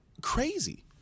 crazy